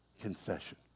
confession